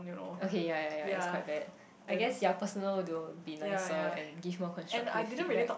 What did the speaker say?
okay ya ya ya it's quite bad I guess your personal they'll be nicer and give more constructive feedback